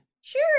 Sure